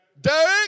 Derek